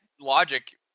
logic